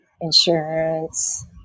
insurance